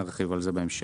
נרחיב על זה בהמשך.